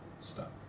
Stop